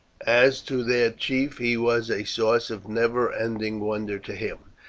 as to their chief, he was a source of never ending wonder to him.